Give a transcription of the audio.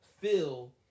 fill